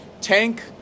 tank